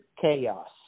chaos